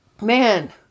Man